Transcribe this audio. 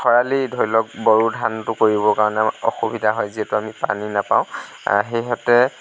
খৰালি ধৰি লওক বড়ো ধানটো কৰিবৰ কাৰণে আমাৰ অসুবিধা হয় যিহেতু আমি পানী নাপাওঁ সেই হতে হেতু